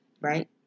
Right